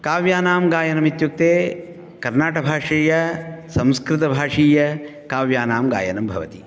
काव्यानां गायनम् इत्युक्ते कन्नडभाषीय संस्कृतभाषीय काव्यानां गायनं भवति